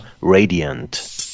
Radiant